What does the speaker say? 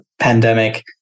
pandemic